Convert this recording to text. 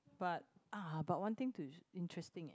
but ah but one thing to interesting leh